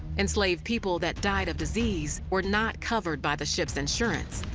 enslaved people that died of disease were not covered by the ship's insurance,